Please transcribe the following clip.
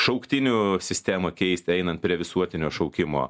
šauktinių sistemą keist einant prie visuotinio šaukimo